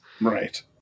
Right